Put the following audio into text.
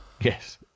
Yes